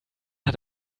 hat